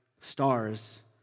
stars